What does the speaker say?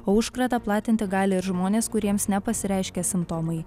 o užkratą platinti gali ir žmonės kuriems nepasireiškia simptomai